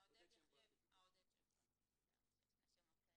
שאלת הבהרה